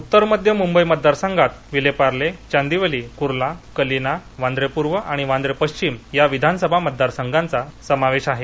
उत्तर मध्य मुंबई मतदार संघात विले पालें चांदिवली कुर्ला कालिना वांद्रेपूर्व आणि वांद्रे पश्चिम या विधानसभा मतदारसंघाचा समावेश आहे